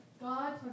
God